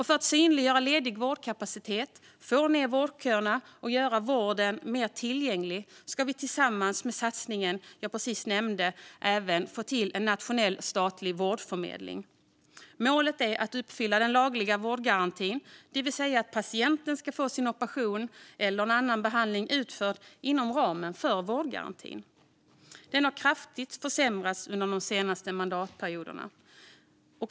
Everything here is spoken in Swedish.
För att synliggöra ledig vårdkapacitet, få ned vårdköerna och göra vården mer tillgänglig ska vi tillsammans med den satsning jag precis nämnde även få till en nationell statlig vårdförmedling. Målet är att uppfylla den lagliga vårdgarantin, alltså att patienten ska få sin operation eller annan behandling utförd inom ramen för vårdgarantin. Den har kraftigt försämrats under de senaste mandatperioderna.